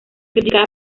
criticada